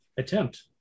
attempt